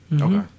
Okay